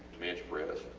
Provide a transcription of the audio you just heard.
bench press,